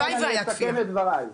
הלוואי והייתה כפייה.